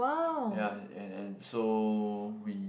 ya and and so we